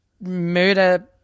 murder